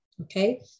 Okay